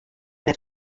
net